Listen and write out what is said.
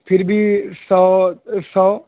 پھر بھی سو سو